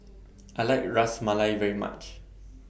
I like Ras Malai very much